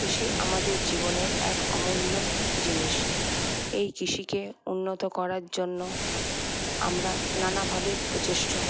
কৃষি আমাদের জীবনের এক অমূল্য জিনিস এই কৃষিকে উন্নত করার জন্য আমরা নানাভাবে প্রচেষ্ট